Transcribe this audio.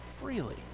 freely